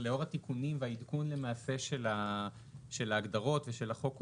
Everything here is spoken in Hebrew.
בזק לאור התיקונים והעדכון של ההגדרות ושל החוק כולו,